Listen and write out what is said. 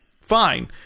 Fine